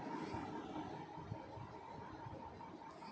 বন উজাড়ের ক্ষতিকারক প্রভাব প্রকৃতির উপর পড়ে যেটা আমাদের ক্ষতি করে